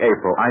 April